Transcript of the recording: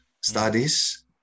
studies